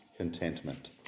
contentment